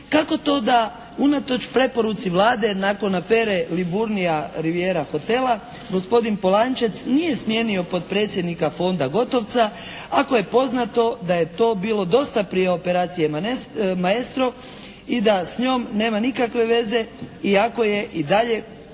Kako to da unatoč preporuci Vlade nakon afere Liburnia Riviera hotela gospodin Polančec nije smijenio potpredsjednika Fonda Gotovca ako je poznato da je to bilo dosta prije operacije "Maestro" i da s njom nema nikakve veze iako je i dalje